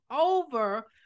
over